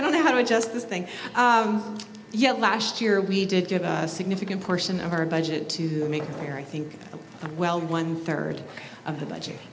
i don't know how to adjust this thing yet last year we did get a significant portion of our budget to make here i think well one third of the budget